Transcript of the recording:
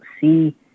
see